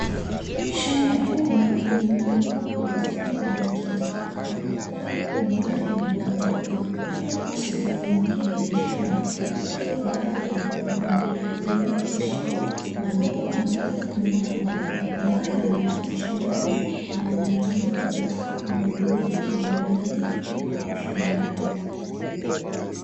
Shamba kubwa lililolimwa kwa mfumo wa matuta, na kupandwa mimea ya mbogamboga huku sehemu nyingine ya shamba ikiwa bado haijapandwa, limepitishiwa mabomba marefu miembamba ambayo yanapitisha maji na yanatumika katika umwagiliaji wa mimea hiyo hapo shambani.